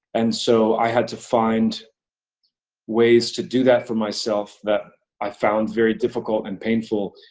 and so i had to find ways to do that for myself that i found very difficult and painful,